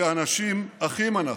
כי אנשים אחים אנחנו.